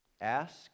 ask